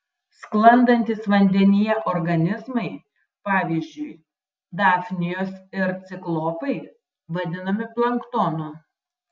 sklandantys vandenyje organizmai pavyzdžiui dafnijos ir ciklopai vadinami planktonu